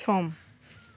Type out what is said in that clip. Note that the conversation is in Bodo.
सम